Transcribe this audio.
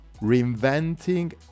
Reinventing